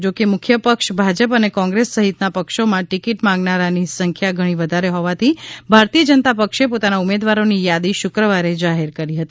જો કે મુખ્ય પક્ષ ભાજપ અને કોંગ્રેસ સહિતના પક્ષોમાં ટીકીટ માંગનારાની સંખ્યા ઘણી વધારે હોવાથી ભારતીય જનતા પક્ષે પોતાના ઉમેદવારોની યાદી શુક્રવારે જાહેર કરી હતી